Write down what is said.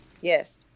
Yes